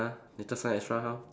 later sign extra how